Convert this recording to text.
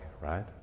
right